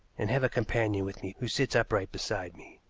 and have a companion with me who sits upright beside me,